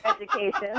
education